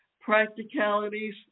practicalities